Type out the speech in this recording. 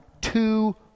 two